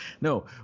no